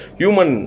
human